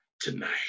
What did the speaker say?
tonight